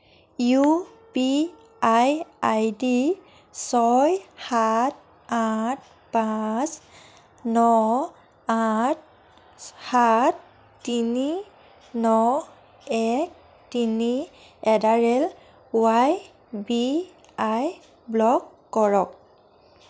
U P I I D ছয় সাত আঠ পাঁচ ন আঠ সাত তিনি ন এক তিনি at the rate Y B I block কৰক